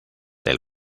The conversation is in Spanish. del